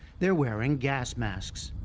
they're wearing gas masks.